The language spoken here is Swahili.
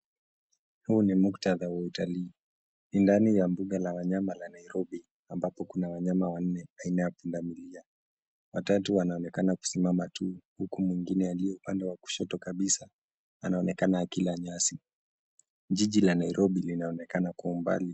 Huu ni muktadha wa utalii. Ni ndani ya mbuga la wanyama la Nairobi ambapo kuna wanyama wanne aina ya pundamilia. Watatu wanaonekana kusimama tu huku mwingine aliye upande wa kushoto kabisa anaonekana akila nyasi. Jiji la Nairobi linaonekana kwa umbali.